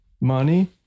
Money